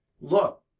look